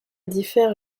diffère